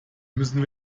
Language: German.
müssten